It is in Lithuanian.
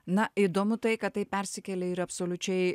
na įdomu tai kad tai persikėlė ir absoliučiai